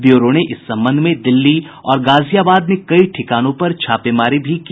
bureau ने इस संबंध में दिल्ली और गाजियाबाद में कई ठिकानों पर छापेमारी भी की